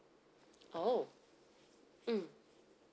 oh mm